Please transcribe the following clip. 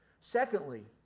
Secondly